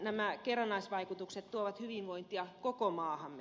nämä kerrannaisvaikutukset tuovat hyvinvointia koko maahamme